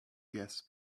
guests